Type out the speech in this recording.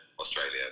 Australia